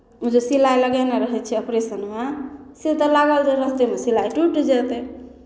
ओ जे सिलाइ लगेने रहै छै ऑपरेशनमे से तऽ लागल जे रस्तेमे सिलाइ टूटि जेतै